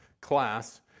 class